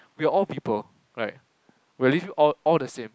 we are all people right we'll leave you all the same